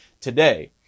today